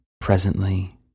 presently